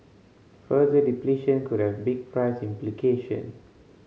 further depletion could have big price implication